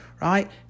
right